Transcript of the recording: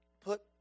put